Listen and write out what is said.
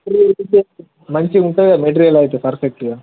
మంచిగా ఉంటాయా మెటీరియల్ అయితే పర్ఫెక్ట్గా